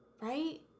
right